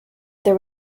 there